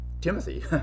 Timothy